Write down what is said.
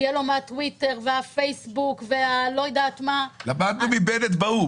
שיהיה לו מהטוויטר והפייסבוק --- למדנו מבנט באו"ם.